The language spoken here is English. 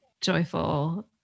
joyful